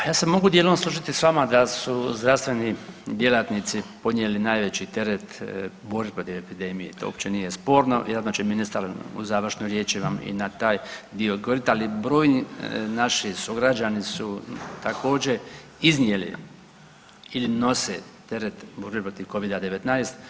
Pa ja se mogu dijelom složiti s vama da su zdravstveni djelatnici podnijeli najveći teret u borbi protiv epidemije, to uopće nije sporno i onda će ministar u završnoj riječi vam i na taj dio odgovoriti, ali brojni naši sugrađani su također iznijeli ili nose teret borbe protiv Covida-19.